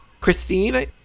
Christine